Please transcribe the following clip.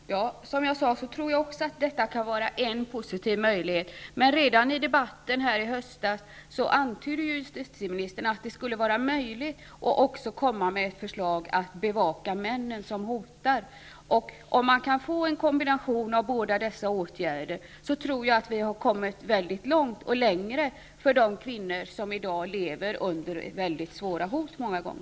Fru talman! Som jag sade tror också jag att detta kan vara en positiv möjlighet. Men redan i debatten här i kammaren i höstas antydde ju justitieministern att det skulle vara möjligt att komma med ett förslag om att bevaka de män som hotar kvinnorna. Om vi kan få till stånd en kombination av båda dessa åtgärder tror jag att vi har kommit mycket långt i vår strävan att hjälpa de kvinnor som i dag många gånger lever under mycket svåra hot.